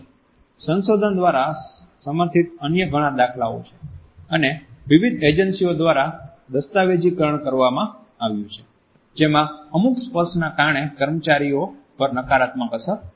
સંશોધન દ્વારા સમર્થિત અન્ય ઘણા દાખલાઓ છે અને વિવિધ એજન્સીઓ દ્વારા દસ્તાવેજીકરણ કરવામાં આવ્યું છે જેમાં અમુક સ્પર્શના કારણે કર્મચારીઓ પર નકારાત્મક અસર થઈ છે